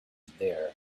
there